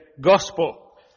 gospel